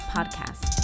Podcast